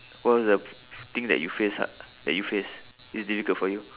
what was the f~ thing that you face ah that you face is difficult for you